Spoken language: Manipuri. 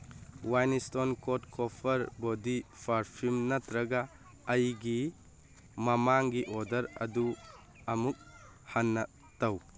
wild Stone Code copper body perfume ꯅꯠꯇ꯭ꯔꯒ ꯑꯩꯒꯤ ꯃꯃꯥꯡꯒꯤ ꯑꯣꯗꯔ ꯑꯗꯨ ꯑꯃꯨꯛ ꯍꯟꯅ ꯇꯧ